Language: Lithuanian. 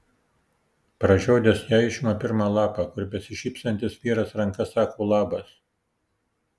pražiodęs ją išima pirmą lapą kur besišypsantis vyras ranka sako labas